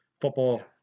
Football